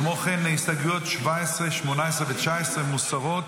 כמו כן, הסתייגויות 17, 18 ו-19 מוסרות.